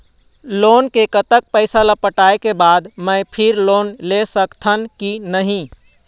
Loan के कतक पैसा ला पटाए के बाद मैं फिर लोन ले सकथन कि नहीं?